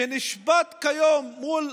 שנשפט כיום מול